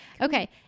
Okay